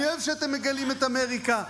אני אוהב שאתם מגלים את אמריקה.